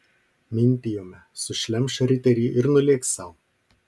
mintijome sušlemš riterį ir nulėks sau